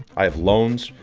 i have loans,